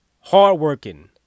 hardworking